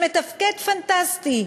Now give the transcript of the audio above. שמתפקד פנטסטי,